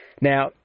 Now